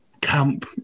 camp